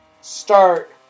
start